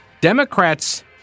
Democrats